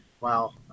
wow